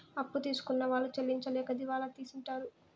అప్పు తీసుకున్న వాళ్ళు చెల్లించలేక దివాళా తీసింటారు